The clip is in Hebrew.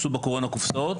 בקורונה עשו קופסאות